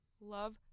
love